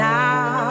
now